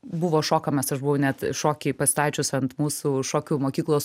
buvo šokamas aš buvau net šokį pastačius ant mūsų šokių mokyklos